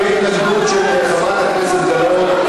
תהיה התנגדות של חברת הכנסת גלאון,